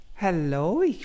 Hello